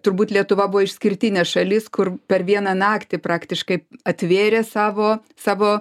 turbūt lietuva buvo išskirtinė šalis kur per vieną naktį praktiškai atvėrė savo savo